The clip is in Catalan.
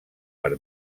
per